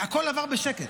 והכול עבר בשקט.